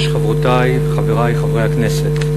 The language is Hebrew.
חברותי וחברי חברי הכנסת,